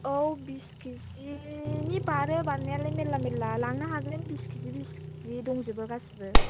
औ बिस किजिनि बारो बारनायालाय मेरला मेरला लांनो हागोन बिस किजि बिस किजि दंजोबो गासिबो